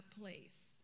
place